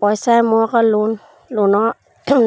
পইচাই মোৰ আকৌ লোন লোনৰ